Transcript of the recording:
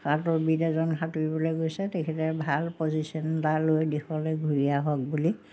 সাঁতোৰবিদ এজন সাঁতোৰিবলৈ গৈছে তেখেতে ভাল পজিচন এটা লৈ দেশলৈ ঘূৰি হওক বুলি